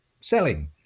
selling